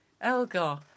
Elgar